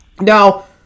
now